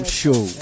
show